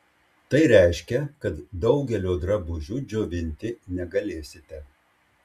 tai reiškia kad daugelio drabužių džiovinti negalėsite